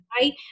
Right